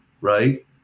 right